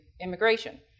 immigration